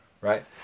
right